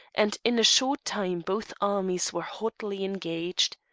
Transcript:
and in a short time both armies were hotly engaged.